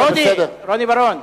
רוני בר-און,